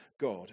God